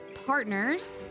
partners